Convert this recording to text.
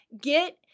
get